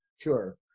sure